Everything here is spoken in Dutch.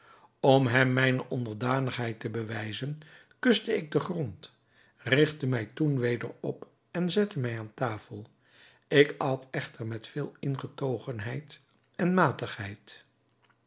om hem mijne onderdanigheid te bewijzen kuste ik den grond rigtte mij toen weder op en zette mij aan tafel ik at echter met veel ingetogenheid en